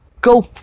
go